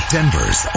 Denver's